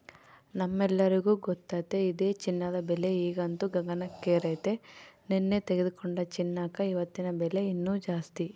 ನಮ್ಮೆಲ್ಲರಿಗೂ ಗೊತ್ತತೆ ಇದೆ ಚಿನ್ನದ ಬೆಲೆ ಈಗಂತೂ ಗಗನಕ್ಕೇರೆತೆ, ನೆನ್ನೆ ತೆಗೆದುಕೊಂಡ ಚಿನ್ನಕ ಇವತ್ತಿನ ಬೆಲೆ ಇನ್ನು ಜಾಸ್ತಿ